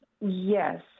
Yes